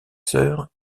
soeurs